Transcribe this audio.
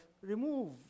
Remove